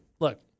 look